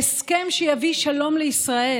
"הסכם שיביא שלום לישראל.